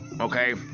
okay